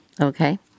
Okay